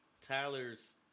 Tyler's